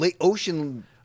Ocean